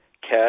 cash